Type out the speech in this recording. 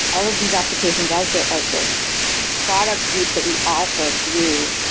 all of these applications, as the as the product suite that we offer grew,